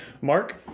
Mark